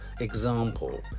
example